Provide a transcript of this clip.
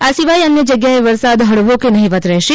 આ સિવાય અન્ય જગ્યાએ વરસાદ હળવો કે નહિવત રહેશે